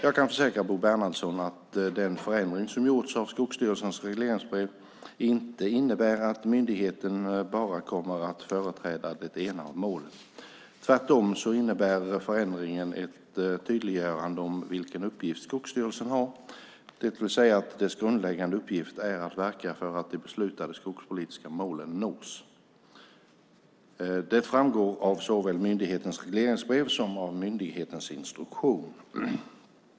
Jag kan försäkra Bo Bernhardsson att den förändring som gjorts av Skogsstyrelsens regleringsbrev inte innebär att myndigheten bara kommer att företräda det ena av målen. Tvärtom innebär förändringen ett tydliggörande om vilken uppgift Skogsstyrelsen har, det vill säga att dess grundläggande uppgift är att verka för att de beslutade skogspolitiska målen nås. Det framgår av såväl myndighetens regleringsbrev som myndighetens instruktion.